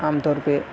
عام طور پہ